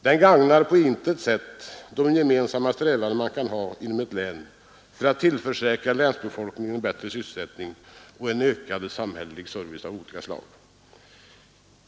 De gagnar på intet sätt de gemensamma strävanden man kan ha inom ett län att tillförsäkra länsbefolkningen en bättre sysselsättning och ökad samhällsservice av olika slag.